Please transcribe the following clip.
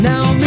Now